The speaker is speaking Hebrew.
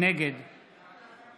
נגד